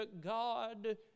God